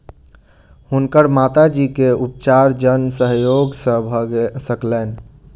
हुनकर माता जी के उपचार जन सहयोग से भ सकलैन